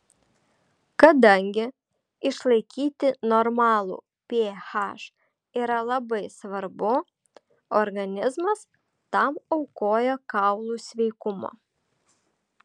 kadangi išlaikyti normalų ph yra labai svarbu organizmas tam aukoja kaulų sveikumą